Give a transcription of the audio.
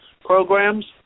programs